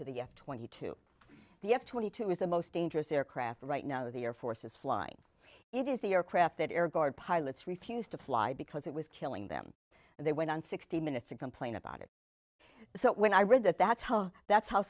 to the f twenty two the f twenty two is the most dangerous aircraft right now the air force is flying it is the aircraft that air guard pilots refused to fly because it was killing them and they went on sixty minutes to complain about it so when i read that that's how that's how